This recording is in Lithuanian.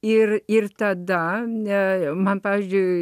ir ir tada ne man pavyzdžiui